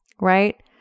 right